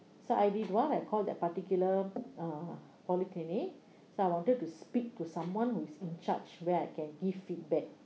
so I did what I called the particular uh polyclinic so I wanted to speak to someone who is in charge where I can give feedback